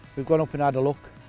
we've gone up and had a look,